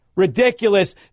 Ridiculous